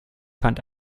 fand